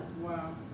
Wow